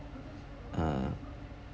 uh